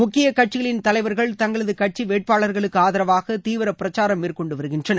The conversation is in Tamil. முக்கிய கட்சிகளின் தலைவர்கள் தங்களது கட்சி வேட்பாளர்களுக்கு ஆதரவாக தீவிர பிரச்சாரம் மேற்கொண்டு வருகின்றனர்